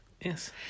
Yes